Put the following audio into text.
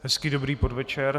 Hezký dobrý podvečer.